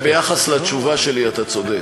לפחות ביחס לתשובה שלי אתה צודק.